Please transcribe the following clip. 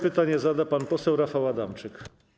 Pytanie zada pan poseł Rafał Adamczyk.